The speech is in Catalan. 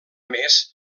més